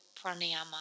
Pranayama